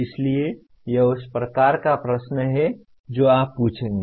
इसलिए यह उस प्रकार का प्रश्न है जो आप पूछेंगे